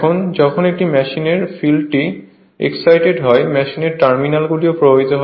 এখন যখন একটি মেশিনের ফিল্ডটি এক্সসাইটেড হয় মেশিনের টার্মিনাল গুলিও প্রভাবিত হয়